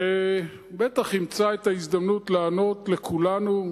ובלי ספק ימצא את ההזדמנות לענות לכולנו,